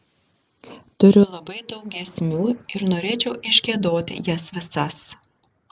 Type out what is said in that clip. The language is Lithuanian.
turiu labai daug giesmių ir norėčiau išgiedoti jas visas